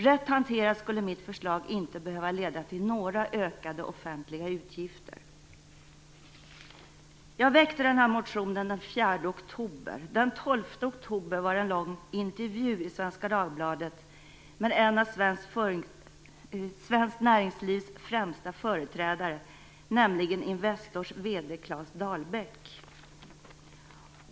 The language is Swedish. Rätt hanterat skulle mitt förslag inte behöva leda till några ökade offentliga utgifter. Jag väckte den här motionen den 4 oktober. Den 12 oktober var det en lång intervju i Svenska Dagbladet med en av svenskt näringslivs främsta företrädare, nämligen Investors VD Claes Dahlbäck.